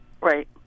Right